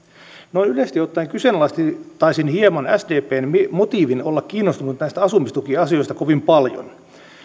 noin yleisesti ottaen kyseenalaistaisin hieman sdpn motiivin olla kiinnostunut näistä asumistukiasioista kovin paljon